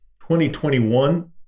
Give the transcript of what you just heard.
2021